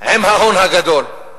עם ההון הגדול,